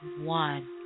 one